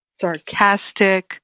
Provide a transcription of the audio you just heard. sarcastic